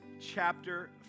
chapter